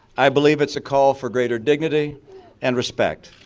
i believe it's a call for greater dignity and respect.